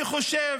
אני חושב,